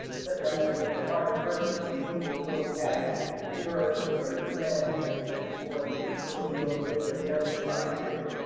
such as in supplier diversity, we will look at year over year spend for disability on business enterprises.